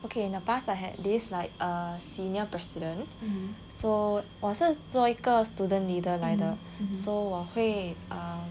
okay in the past I had this like err senior president so 我是做一个 student leader 来的 so 我会